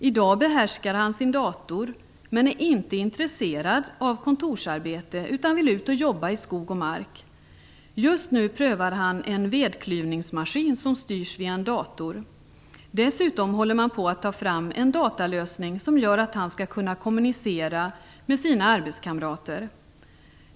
I dag behärskar han sin dator men är inte intresserad av kontorsarbete utan vill ut och jobba i skog och mark. Just nu prövar han en vedklyvningsmaskin som styrs via en dator. Dessutom håller man på att ta fram en datalösning som gör att han skall kunna kommunicera med sina arbetskamrater.